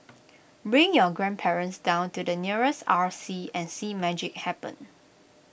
bring your grandparents down to the nearest R C and see magic happen